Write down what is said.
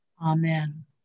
Amen